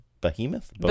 Behemoth